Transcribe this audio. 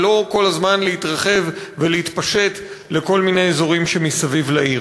ולא כל הזמן להתרחב ולהתפשט לכל מיני אזורים שמסביב לה.